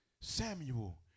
Samuel